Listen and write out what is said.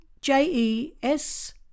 J-E-S